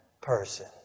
person